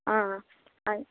आं आं